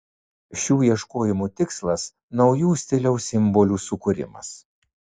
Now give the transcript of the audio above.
šių ieškojimų tikslas naujų stiliaus simbolių sukūrimas